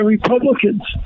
Republicans